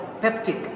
peptic